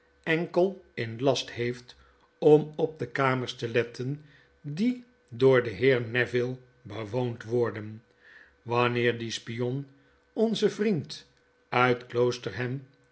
enkei in last heeft om op de kamers te letten die door den heer neville bewoond worden wanneer die spion onzen vriend uit kloosterham